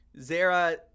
Zara